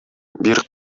бир